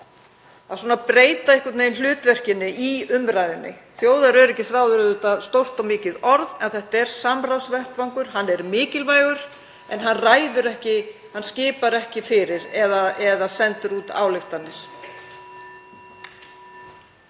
vont þegar verið er að breyta hlutverkinu í umræðunni. Þjóðaröryggisráð er auðvitað stórt og mikið orð en þetta er samráðsvettvangur, hann er mikilvægur en hann skipar ekki fyrir eða sendir út ályktanir.